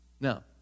Now